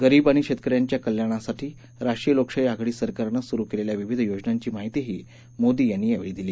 गरीब आणि शेतकऱ्यांच्या कल्याणासाठी राष्ट्रीय लोकशाही आघाडी सरकारनं सुरु केलेल्या विविध योजनांची माहितीही मोदी यांनी यावेळी दिली